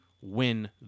win